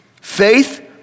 Faith